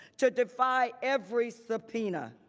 to defy every subpoena.